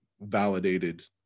validated